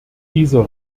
dieser